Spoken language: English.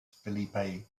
felipe